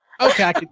Okay